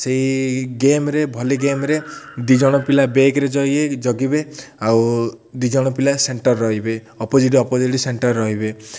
ସେହି ଗେମ୍ରେ ଭଲି ଗେମ୍ରେ ଦୁଇ ଜଣ ପିଲା ବେକ୍ରେ ଜ ଜଗିବେ ଆଉ ଦୁଇଜଣ ପିଲା ସେଣ୍ଟର୍ ରହିବେ ଅପୋଜିଟ୍ ଅପୋଜିଟ୍ ସେଣ୍ଟର୍ ରହିବେ